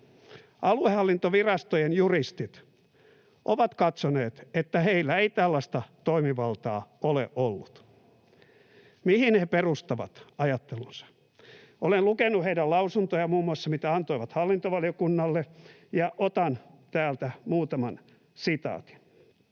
Aluehallintovirastojen juristit ovat katsoneet, että heillä ei tällaista toimivaltaa ole ollut. Mihin he perustavat ajattelunsa? Olen lukenut heidän lausuntojaan, muun muassa niitä, mitä he antoivat hallintovaliokunnalle, ja otan täältä muutaman sitaatin.